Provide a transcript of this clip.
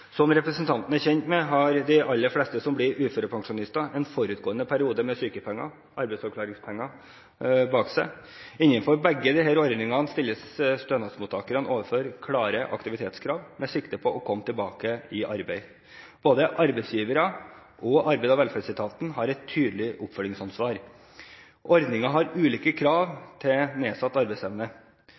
Som representanten er kjent med, har de aller fleste som blir uførepensjonister, en forutgående periode med sykepenger og arbeidsavklaringspenger bak seg. Innenfor begge disse ordningene stilles stønadsmottakeren overfor klare aktivitetskrav, med sikte på å komme tilbake i arbeid. Både arbeidsgivere og Arbeids- og velferdsetaten har et tydelig oppfølgingsansvar. Ordningene har ulike krav til nedsatt arbeidsevne.